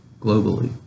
globally